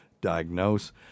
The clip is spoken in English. diagnose